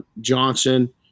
Johnson